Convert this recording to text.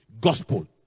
Gospel